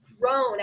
grown